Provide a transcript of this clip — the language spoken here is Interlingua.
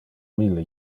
mille